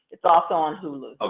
it's also on hulu.